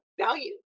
value